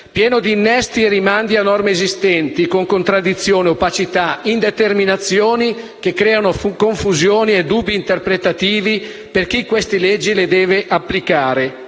pieno di innesti e rimandi a norme esistenti, con contraddizioni, opacità, indeterminazioni che creano confusione e dubbi interpretativi per chi queste leggi le deve applicare.